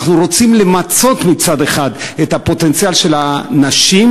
אנחנו רוצים למצות מצד אחד את הפוטנציאל של הנשים,